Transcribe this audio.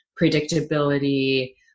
predictability